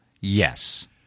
Yes